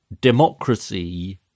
democracy